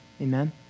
Amen